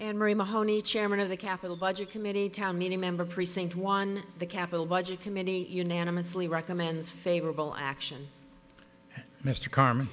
and mary mahoney chairman of the capital budget committee tommy member precinct one the capital budget committee unanimously recommends favorable action mr carmen